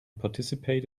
participate